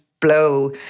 blow